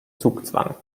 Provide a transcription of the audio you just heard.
zugzwang